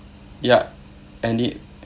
ya and it